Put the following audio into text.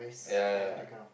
ya ya